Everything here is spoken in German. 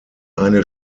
eine